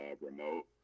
remote